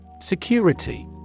Security